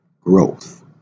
growth